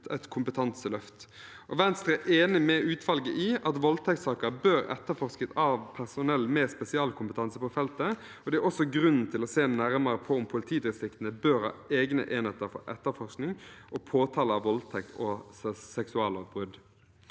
et kompetanseløft. Venstre er enig med utvalget i at voldtektssaker bør etterforskes av personell med spesialkompetanse på feltet, og det er også grunn til å se nærmere på om politidistriktene bør ha egne enheter for etterforskning og påtale av voldtekt og seksuallovbrudd.